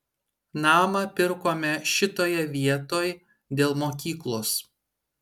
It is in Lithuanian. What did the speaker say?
namą pirkome šitoje vietoj dėl mokyklos